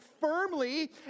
firmly